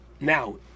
Now